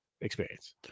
experience